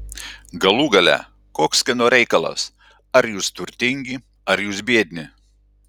galų gale koks kieno reikalas ar jūs turtingi ar jūs biedni